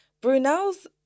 Brunel's